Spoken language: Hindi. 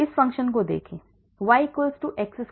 इस फ़ंक्शन को देखें y x square 2x 2